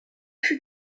fut